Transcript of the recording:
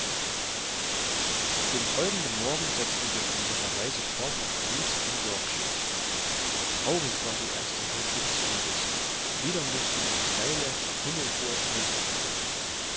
den folgenden morgen setzten wir unsere reise fort nach leeds in yorkshire traurig war die erste hälfte des weges wieder mußten wir steile himmelhohe felsen erklimmen